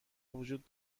وجود